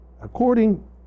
according